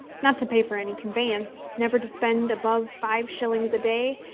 not to pay for any conveyance, never to spend above five shillings a day,